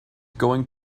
going